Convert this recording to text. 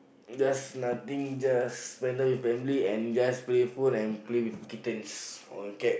just nothing just spend time with family and just play phone and just play with kittens or cat